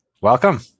Welcome